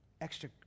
Extra